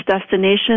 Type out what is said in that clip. destination